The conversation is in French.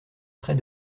près